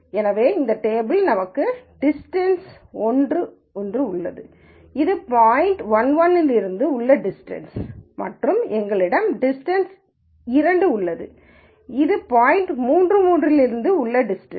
எனவே இந்த டேபிளல் நமக்கு டிஸ்டன்ஸ் ஒன்று உள்ளது இது பாய்ன்ட் 1 1 இலிருந்து உள்ள டிஸ்டன்ஸ் மற்றும் எங்களிடம் டிஸ்டன்ஸ் இரண்டு உள்ளது இது பாய்ன்ட் 3 இலிருந்து உள்ள டிஸ்டன்ஸ்